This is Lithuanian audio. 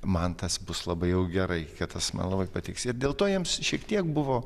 man tas bus labai jau gerai kad tas man labai patiks ir dėl to jiems šiek tiek buvo